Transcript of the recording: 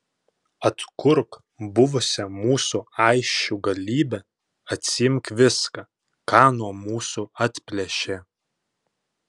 atkurk buvusią mūsų aisčių galybę atsiimk viską ką nuo mūsų atplėšė